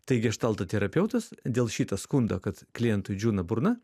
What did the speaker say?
tai geštalto terapeutas dėl šito skundo kad klientui džiūna burna